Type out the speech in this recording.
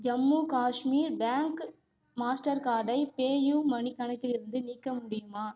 Jammu Kashmir bank master கார்டை PayUMoney கணக்கிலிருந்து நீக்க முடியுமா